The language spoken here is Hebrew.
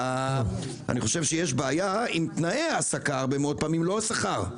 אני חושב שהרבה מאוד פעמים יש בעיה עם תנאי ההעסקה אבל לא בשכר.